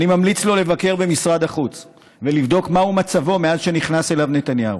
אני ממליץ לו לבקר במשרד החוץ ולבדוק מהו מצבו מאז שנכנס אליו נתניהו,